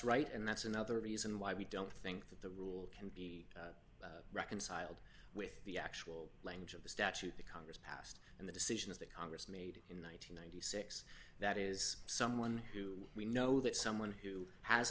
right and that's another reason why we don't think that the rule can be reconciled with the actual language of the statute that congress passed and the decisions that congress made it in ninety six that is someone who we know that someone who has